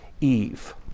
Eve